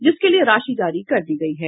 जिसके लिए राशि जारी कर दी गयी है